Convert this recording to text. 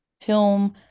film